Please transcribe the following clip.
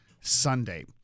Sunday